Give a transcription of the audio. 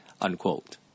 unquote